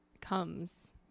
comes